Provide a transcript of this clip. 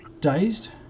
dazed